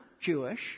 Jewish